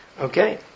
Okay